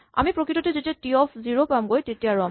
আমি প্ৰকৃততে যেতিয়া টি অফ জিৰ' পামগৈ তেতিয়া ৰ'ম